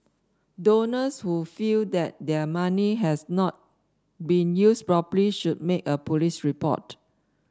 donors who feel that their money has not been used properly should make a police report